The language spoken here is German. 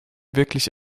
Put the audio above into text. wirklich